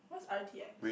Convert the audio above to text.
what's r_t_x